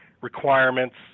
requirements